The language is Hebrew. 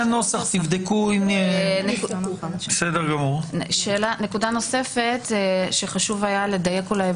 נקודה נוספת שחשוב היה לדייק.